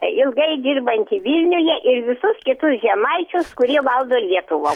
ilgai dirbantį vilniuje ir visus kitus žemaičius kurie valdo lietuvą